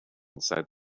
inside